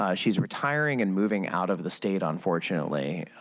um she's retiring, and moving out of the state, unfortunately,